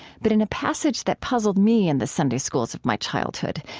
but in a passage that puzzled me in the sunday schools of my childhood,